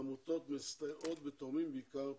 העמותות מסתייעות בתורמים בעיקר פעילותן.